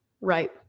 Right